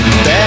Bad